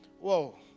Whoa